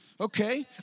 Okay